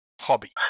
hobby